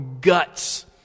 guts